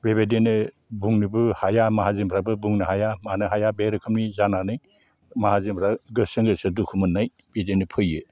बेबायदिनो बुंनोबो हाया माजाहोनफ्राबो बुंनो हाया मानो हाया बे रोखोमनि जानानै माहाजोनफ्रा गोसोजों गोसो दुखु मोननाय बिदिनो फैयो